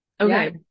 okay